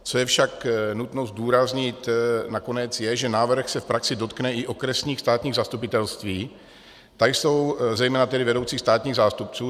Co je však nutno zdůraznit na konec, je, že návrh se v praxi dotkne i okresních státních zastupitelství, zejména tedy vedoucích státních zástupců.